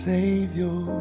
Savior